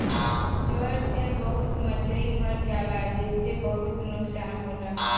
ज्वर से बहुत मछरी मर जाला जेसे बहुत नुकसान होला